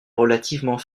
relativement